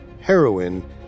heroin